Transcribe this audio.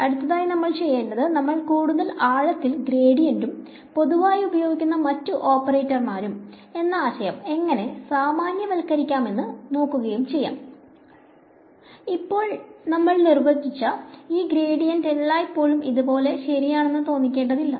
അടുത്തതായി നമ്മൾ ചെയ്യേണ്ടത് നമ്മൾ കൂടുതൽ ആഴത്തിൽ ഗ്രേഡിയന്റും പൊതുവായി ഉപയോഗിക്കുന്ന മറ്റ് ഓപ്പറേറ്റർമാരും എന്ന ആശയം എങ്ങനെ സാമാന്യവൽക്കരിക്കാമെന്ന് നോക്കുകയും ചെയ്യാം ഇപ്പോൾ ഞങ്ങൾ നിർവ്വചിച്ച ഈ ഗ്രേഡിയന്റ് എല്ലായ്പ്പോഴും ഇത് ശരിയാണെന്ന് തോന്നിപ്പിക്കേണ്ടതില്ല